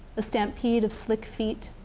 a stampede of slick feet.